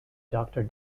doctor